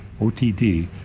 OTD